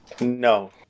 No